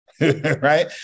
Right